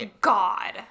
God